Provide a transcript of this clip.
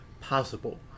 possible